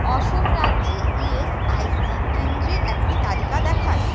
অসম রাজ্যে E S I C কেন্দ্রের একটি তালিকা দেখান